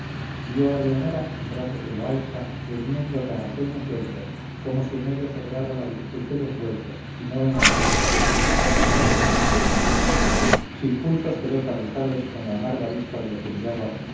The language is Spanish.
vio a leonora en brazos de loaysa durmiendo tan a sueño suelto como si en ellos obrara la virtud del ungüento y no en el celoso anciano sin pulsos quedó carrizales con la amarga vista de lo que miraba